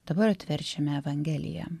dabar atverčiame evangeliją